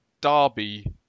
Derby